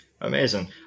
Amazing